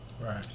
right